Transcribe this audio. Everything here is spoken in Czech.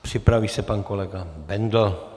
Připraví se pan kolega Bendl.